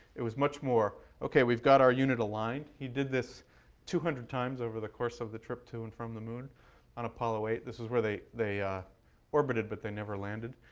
it was much more ok, we've got our unit aligned. he did this two hundred times over the course of the trip to and from the moon on apollo eight. this is where they they orbited, but they never landed.